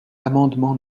amendement